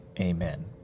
amen